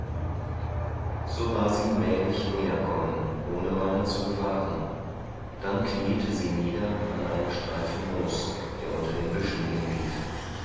so war sie mählich näher kommen ohne meiner zu gewahren dann kniete sie nieder an einem streifen moos der unter den büschen hinlief